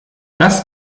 das